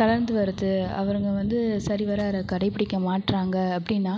தளர்ந்து வருது அவங்க வந்து சரிவர அதை கடைபிடிக்க மாட்டுறாங்க அப்படின்னா